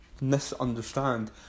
misunderstand